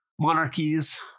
monarchies